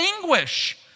anguish